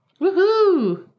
Woohoo